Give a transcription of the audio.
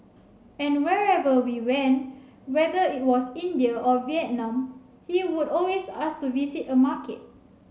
and wherever we went whether it was India or Vietnam he would always ask to visit a market